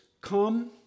come